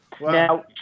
Now